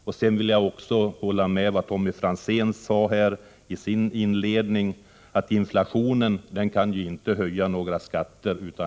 Jag vill också hålla med om det Tommy Franzén sade i sin inledning, att inflationen inte kan höja några skatter.